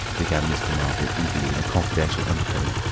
began mr. marvel eagerly in a confidential undertone.